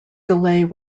delayed